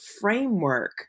framework